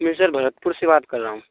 मैं सर भरतपुर से बात कर रहा हूँ